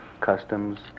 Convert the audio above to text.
customs